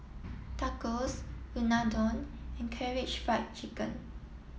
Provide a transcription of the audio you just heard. Tacos Unadon and Karaage Fried Chicken